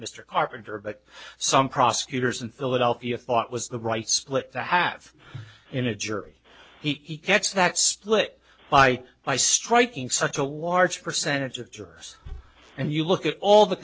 mr carpenter but some prosecutors in philadelphia thought was the right split the have in a jury he gets that split by by striking such a large percentage of jurors and you look at all the